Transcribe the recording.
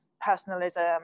personalism